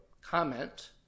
comment